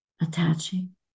attaching